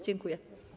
Dziękuję.